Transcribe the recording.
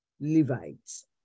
Levites